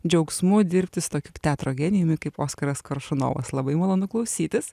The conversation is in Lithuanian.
džiaugsmu dirbti su tokiu teatro genijumi kaip oskaras koršunovas labai malonu klausytis